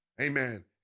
Amen